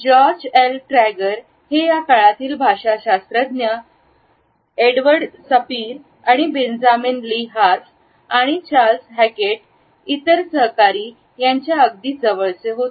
जर्ज L Trager हे या काळातील भाषाशास्त्रज्ञ Edward Sapir Benjamin Lee Whorf आणि चार्ल्स हॅकेट इतर सहकारी यांच्या अगदी जवळचे होते